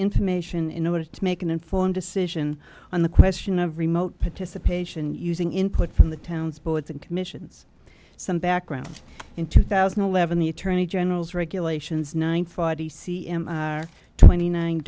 information in order to make an informed decision on the question of remote participation using input from the towns boards and commissions some background in two thousand and eleven the attorney general's regulations nine twenty nine